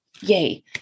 yay